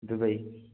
Dubai